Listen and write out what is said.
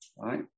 right